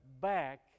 back